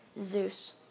Zeus